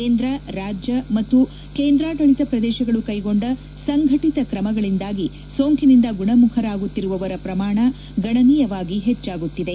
ಕೇಂದ್ರ ರಾಜ್ಯ ಮತ್ತು ಕೇಂದ್ರಾಡಳತ ಪ್ರದೇಶಗಳು ಕೈಗೊಂಡ ಸಂಘಟಿತ ಕ್ರಮಗಳಿಂದಾಗಿ ಸೋಂಕಿನಿಂದ ಗುಣಮುಖರಾಗುತ್ತಿರುವ ಪ್ರಮಾಣ ಗಣನೀಯವಾಗಿ ಹೆಚ್ಚಾಗುತ್ತಿದೆ